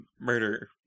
murder